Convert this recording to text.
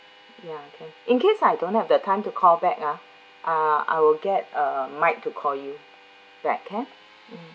ya can in case I don't have the time to call back ah uh I will get uh mike to call you that can mm